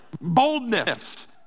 boldness